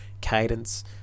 cadence